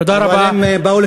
תודה רבה.